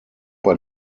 bei